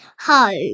Home